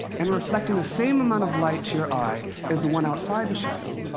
and reflecting the same amount of light to your eye as the one outside the shadow,